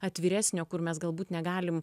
atviresnio kur mes galbūt negalim